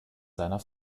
seiner